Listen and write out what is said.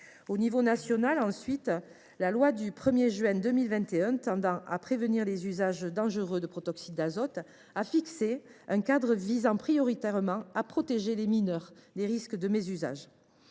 l’échelon national ensuite, la loi du 1 juin 2021 tendant à prévenir les usages dangereux du protoxyde d’azote a fixé un cadre visant prioritairement à protéger les mineurs des risques de mésusage.